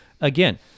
again